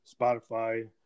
Spotify